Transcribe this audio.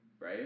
right